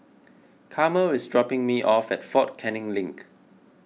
Carmel is dropping me off at fort Canning Link